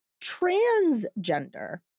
transgender